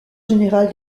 général